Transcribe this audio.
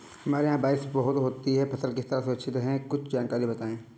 हमारे यहाँ बारिश बहुत होती है फसल किस तरह सुरक्षित रहे कुछ जानकारी बताएं?